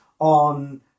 on